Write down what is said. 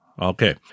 Okay